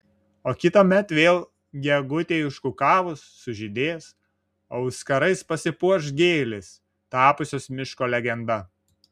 o kitąmet vėl gegutei užkukavus sužydės auskarais pasipuoš gėlės tapusios miško legenda